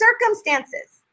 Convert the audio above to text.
circumstances